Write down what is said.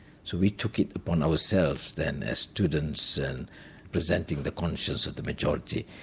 so we took it upon ourselves then as students, and representing the conscience of the majority.